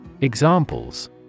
Examples